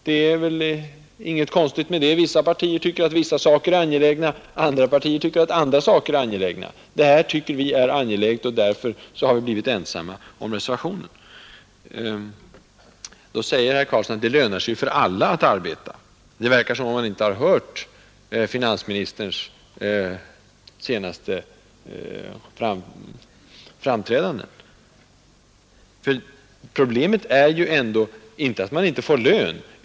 Det är inget konstigt med det. Vissa partier tycker att vissa saker är angelägna, andra partier tycker att andra saker är angelägna. Det här tycker vi är viktigt, och därför har vi blivit ensamma om reservationen. Herr Karlsson invänder att det lönar sig för alla att arbeta. Det verkar som om han inte hört finansministerns senaste uttalanden. Problemet är inte att man inte får lön.